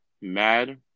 mad